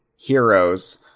Heroes